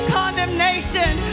condemnation